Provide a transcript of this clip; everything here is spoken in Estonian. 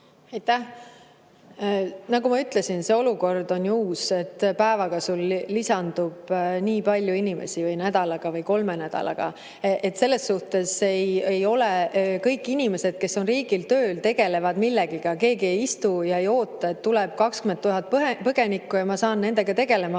Aitäh! Nagu ma ütlesin, see olukord on ju uus, et päevaga lisandub nii palju inimesi või nädalaga või kolme nädalaga. Kõik inimesed, kes on riigil tööl, tegelevad millegagi, keegi ei istu ega oota, et tuleb 20 000 põgenikku ja ma saan nendega tegelema